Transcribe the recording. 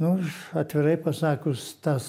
nu atvirai pasakius tas